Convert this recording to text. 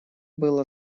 было